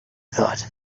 thought